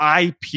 IP